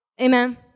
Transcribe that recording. Amen